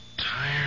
tired